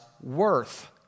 worth